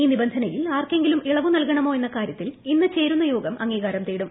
ഈ നിബന്ധനയിൽ ആർക്കെങ്കിലും ഇളവു നൽകണമോ എന്ന കാര്യത്തിൽ ഇന്ന് ചേരുന്ന യോഗം അംഗീകാരം തേടും